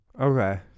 Okay